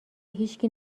هیشکی